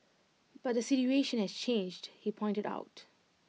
but the situation has changed he pointed out